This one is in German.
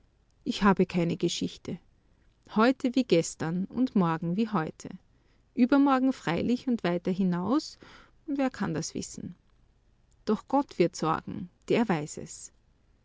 ich habe keine geschichte heute wie gestern und morgen wie heute übermorgen freilich und weiter hinaus wer kann das wissen doch gott wird sorgen der weiß es